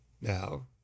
Now